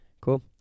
cool